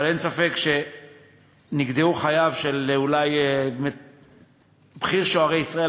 אבל אין ספק שנגדעו חייו של אולי בכיר שוערי ישראל,